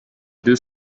deux